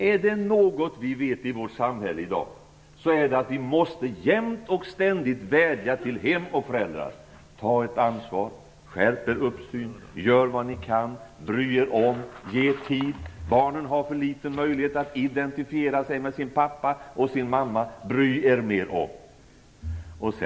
Är det något vi vet i vårt samhälle i dag, är det att vi jämt och ständigt måste vädja till hemmen och föräldrar: Ta ert ansvar, skärp er uppsyn, gör vad ni kan, bry er om, ge tid, barnen har för liten möjlighet att identifiera sig med sin pappa och sin mamma, bry er mer om.